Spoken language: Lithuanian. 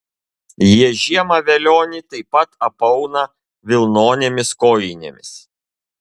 jie žiemą velionį taip pat apauna vilnonėmis kojinėmis